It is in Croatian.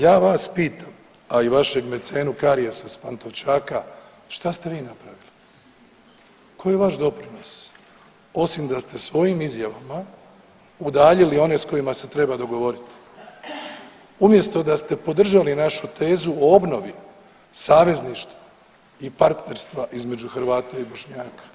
Ja vas pitam, a i vašeg mecenu karijesa s Pantovčaka šta ste vi napravili, koji je vaš doprinos osim da ste svojim izjavama udaljili one s kojima se treba dogovoriti umjesto da ste podržali našu tezu o obnovi savezništva i partnerstva između Hrvata i Bošnjaka.